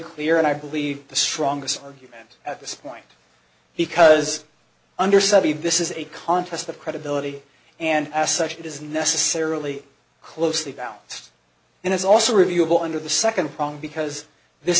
clear and i believe the strongest argument at this point because under study this is a contest of credibility and as such it is necessarily closely balance and it's also reviewable under the second prong because this